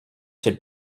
seul